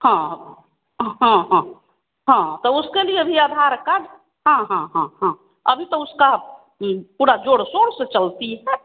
हाँ हाँ हाँ हाँ तो उसके लिए भी आधार कार्ड हाँ हाँ हाँ हाँ अभी तो उसका पूरा ज़ोर शोर से चलता है